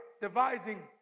devising